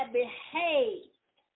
behaved